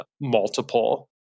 multiple